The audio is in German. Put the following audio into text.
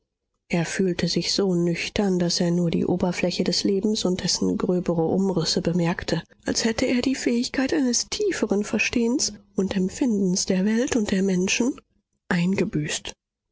er fühlte sich so nüchtern daß er nur die oberfläche des lebens und dessen gröbere umrisse bemerkte als hätte er die fähigkeit eines tieferen verstehens und empfindens der welt und der menschen eingebüßt